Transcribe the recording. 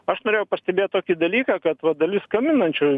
aš norėjau pastebėt tokį dalyką kad va dalis skambinančių